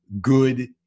good